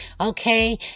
Okay